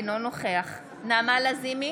אינו נוכח נעמה לזימי,